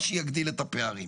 מה שיגדיל את הפערים.